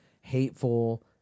hateful